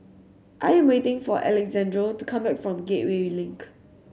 I'm waiting for Alexandro to come back from Gateway Link